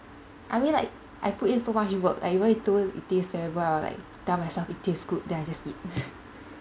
I mean like I put in so much work like even though it taste terrible I will like tell myself it taste good then I just eat